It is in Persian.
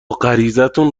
غریزتون